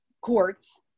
courts